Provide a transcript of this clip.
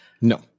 No